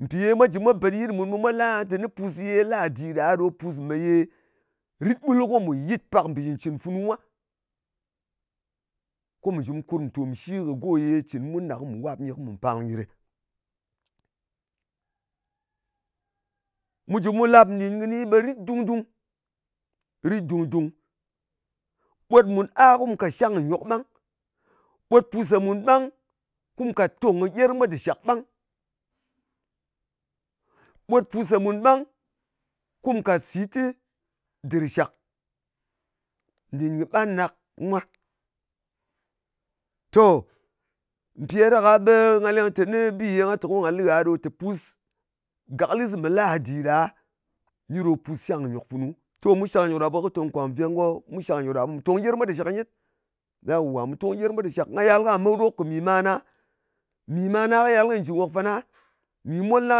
Mpì ye mwa jɨ mwa bèt yit mùn ɗa, ɓe mwa lɨ mùn aha teni pus ye ladi ɗa ɗo pus me ye rit ɓul ko mù yɨt pak mbì cɨn cɨn funu mwa, ko mù jɨ̀ mu kùrm ntòm shi kɨ go ye cɨn mun ɗà, ko mù wap nyɨ, ko mù pàlng yɨ ɗɨ. Mu jɨ mu lap nɗin kɨni, ɓe rit dung dung. Rit dung dung. Ɓot mun a ko mu kàt shang kɨ nyok ɓang. Ɓot pus ɗa mùn bang ko mu kàt tòng kɨ gyerm mwa dɨ shàk ɓang. Ɓot pus ɗa mùn ko mù kàt sìt ɗɨ dɨr shak nɗìn kɨ ɓanɗak mwa. To, mpì ɗa ɗaka ɓe nga leng teni bi ye nga te ko nga lɨ gha ɗo tè, pus gàklɨs mɨ làdi ɗa, nyi ɗo pus shankɨ nyòk funu. To mu shangnyòk ɗa, ɓe kɨ tong kwàk nveng ko mu shangnyòk ɗa ɓe mù tòng gyerm mwa dɨ shàk nyet. Ya wa, mù tong gyerm mwa dɨ shak. Nga yal kà met wok kɨ mì mana. Mì mana kɨ yal ko nyɨ jɨ nwòk fana. Mì molna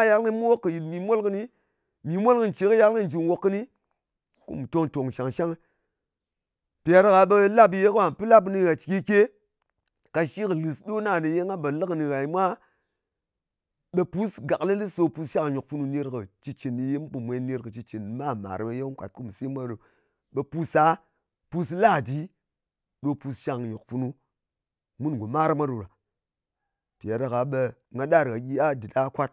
kɨ yal ko nyɨ me wok kɨ mì mol kɨni. Mì mol kɨni ce kɨ yal, ko nyɨ jɨ nòk kɨni. Kum tong tòng shang-shangɨ. Mpì ɗa ɓe lap ye ko nga pɨn lap kɨni nghà cikeke, kashi kɨ lɨs ɗo na ne ye nga po lɨ kɨnɨ ngha nyɨ mwa, ɓe pus gàklɨlɨs ɗo pus shang kɨ nyòk funu, ner kɨ shitcɨn ne ye mu pò mwen nɗin kɨ shitcɨn mar màr ye mu kàt, ɓe pus sa, pus ladi ɗo pus shang kɨ nyòk funu. Mun ngò mar mwa ɗo ɗa. Mpì ɗa ɓe nga ɗar nghà gyi dɨt a kwat.